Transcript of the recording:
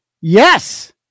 Yes